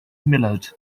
millard